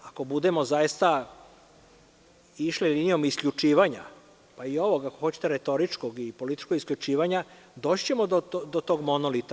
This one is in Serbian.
Ako budemo zaista išli linijom isključivanja, pa i ovog ako hoćete retoričkog i političkog isključivanja, doći ćemo do tog monolita.